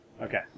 Okay